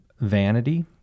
vanity